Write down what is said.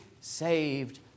saved